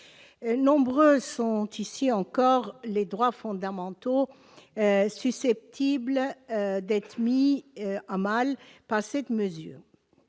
Nombreux sont, ici encore, les droits fondamentaux susceptibles d'être mis à mal par cette mesure